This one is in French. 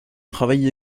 travaillent